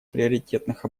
приоритетных